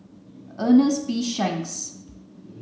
Ernest P Shanks